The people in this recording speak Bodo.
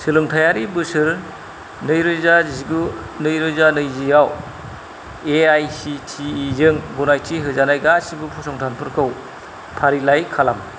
सोलोंथायारि बोसोर नैरोजा जिगु नैरोजा नैजिआव एआईसिटिइ जों गनायथि होजानाय गासिबो फसंथानफोरखौ फारिलाइ खालाम